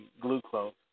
glucose